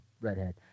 redhead